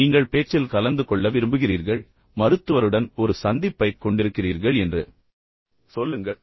நீங்கள் பேச்சில் கலந்து கொள்ள விரும்புகிறீர்கள் அல்லது நீங்கள் மருத்துவருடன் ஒரு சந்திப்பைக் கொண்டிருக்கிறீர்கள் என்று சொல்லுங்கள்